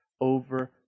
over